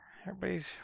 Everybody's